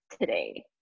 today